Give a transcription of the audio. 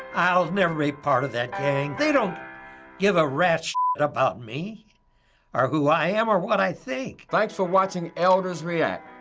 i'll never be part of that gang. they don't give a rat's about me or who i am or what i think. thanks for watching elder's react.